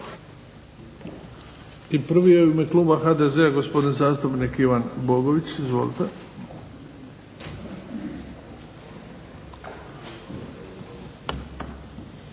I prvi je u ime Kluba HDZ-a gospodin zastupnik Ivan Bogović. Izvolite.